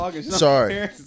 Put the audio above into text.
Sorry